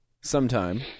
sometime